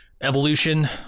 evolution